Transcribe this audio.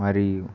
మరియు